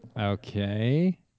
okay